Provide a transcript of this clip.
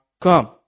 come